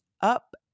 up